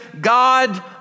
God